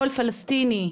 קול פלסטיני,